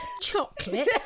chocolate